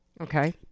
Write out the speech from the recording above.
Okay